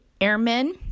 Airmen